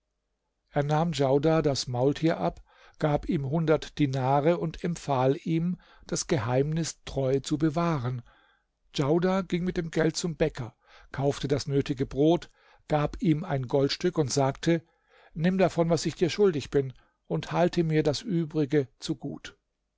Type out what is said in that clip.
er nahm djaudar das maultier ab gab ihm hundert dinare und empfahl ihm das geheimnis treu zu bewahren djaudar ging mit dem geld zum bäcker kaufte das nötige brot gab ihm ein goldstück und sagte nimm davon was ich dir schuldig bin und halte mir das übrige zu gut